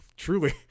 Truly